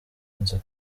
nza